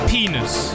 Penis